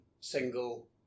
single